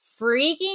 freaking